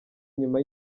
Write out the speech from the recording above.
nyuma